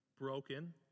broken